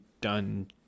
done